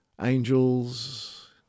angels